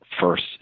first